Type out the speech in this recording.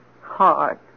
Hard